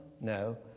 No